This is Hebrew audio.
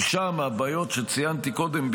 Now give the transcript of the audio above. ושם הבעיות שציינתי קודם,